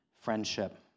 friendship